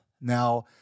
Now